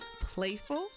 playful